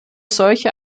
solche